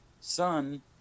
son